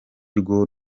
rwo